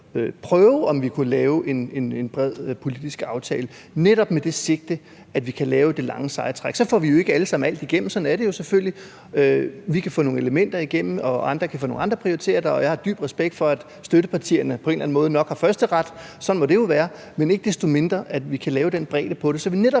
prøve, om vi kunne lave en bred politisk aftale, netop med det sigte, at vi kan lave det lange, seje træk. Så får vi jo ikke alle sammen alt igennem, sådan er det selvfølgelig. Vi kan få nogle elementer igennem, og andre kan få nogle andre prioriteringer, og jeg har dyb respekt for, at støttepartierne på en eller anden måde nok har førsteret. Sådan må det jo være. Men ikke desto mindre kan vi lave den bredde, så vi